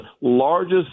largest